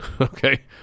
Okay